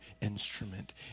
instrument